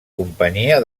companyia